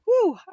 Woo